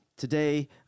Today